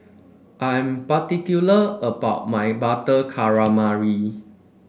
I am particular about my Butter Calamari